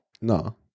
No